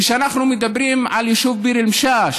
כשאנחנו מדברים על היישוב ביר אל-משאש,